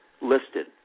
listed